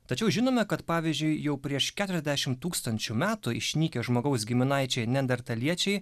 tačiau žinome kad pavyzdžiui jau prieš keturiasdešimt tūkstančių metų išnykę žmogaus giminaičiai neandertaliečiai